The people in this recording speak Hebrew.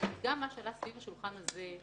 שאמרתי קודם,